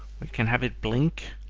we can have it blink